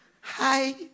Hi